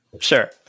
Sure